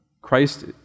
Christ